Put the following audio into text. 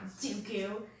Dooku